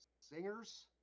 singers